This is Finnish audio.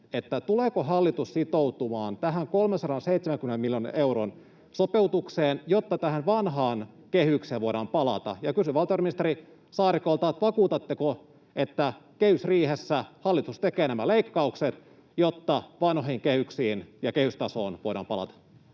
se, tuleeko hallitus sitoutumaan tähän 370 miljoonan euron sopeutukseen, jotta tähän vanhaan kehykseen voidaan palata. Kysyn valtiovarainministeri Saarikolta: vakuutatteko, että kehysriihessä hallitus tekee nämä leikkaukset, jotta vanhoihin kehyksiin ja kehystasoon voidaan palata?